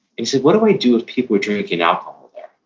he said, what do i do if people are drinking alcohol there,